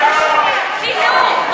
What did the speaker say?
חשוב חינוך.